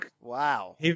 Wow